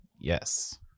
Yes